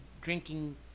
drinking